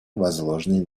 возложенные